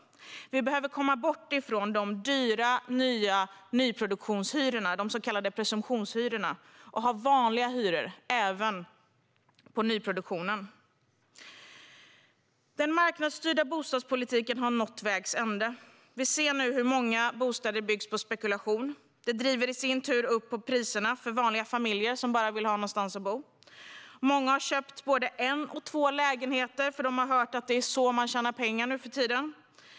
Vi behöver komma bort från de dyra nyproduktionshyrorna, de så kallade presumtionshyrorna, och ha vanliga hyror även på nyproduktionen. Den marknadsstyrda bostadspolitiken har nått vägs ände. Vi ser nu hur många bostäder byggs på spekulation. Det driver i sin tur upp priserna för vanliga familjer som bara vill ha någonstans att bo. Många har köpt både en och två lägenheter eftersom de har hört att det är så man tjänar pengar nu för tiden.